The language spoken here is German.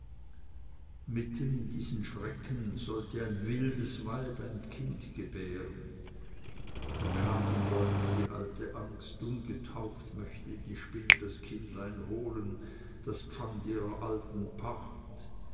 mitten in diesen schrecken sollte ein wildes weib ein kind gebären da kam den leuten die alte angst ungetauft möchte die spinne das kindlein holen das pfand ihrer alten pacht